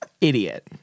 idiot